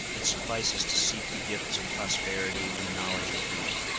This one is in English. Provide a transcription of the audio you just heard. it suffices to seek the gifts of prosperity and the knowledge of freedom.